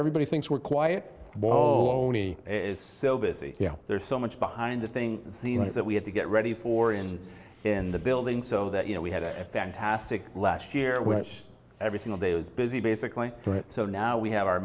everybody thinks we're quiet it's still busy you know there's so much behind the thing that we have to get ready for and in the building so that you know we had a fantastic last year which every single day was busy basically right so now we have our